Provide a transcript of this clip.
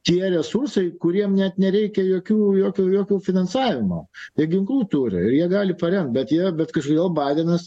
tie resursai kuriem net nereikia jokių jokio jokio finansavimo tai ginklų turi ir jie gali paremt bet jie bet kažkodėl baidenas